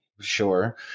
sure